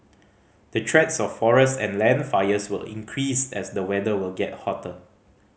the threats of forest and land fires will increase as the weather will get hotter